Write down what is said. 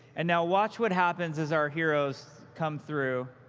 and now watch what happens as our heroes come through.